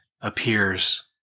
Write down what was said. appears